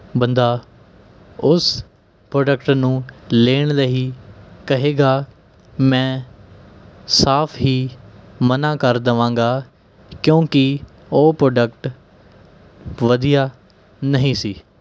ਬੰਦਾ ਉਸ ਪ੍ਰੋਡਕਟ ਨੂੰ ਲੈਣ ਲਈ ਕਹੇਗਾ ਮੈਂ ਸਾਫ਼ ਹੀ ਮਨ੍ਹਾ ਕਰ ਦੇਵਾਂਗਾ ਕਿਉਂਕਿ ਉਹ ਪ੍ਰੋਡਕਟ ਵਧੀਆ ਨਹੀਂ ਸੀ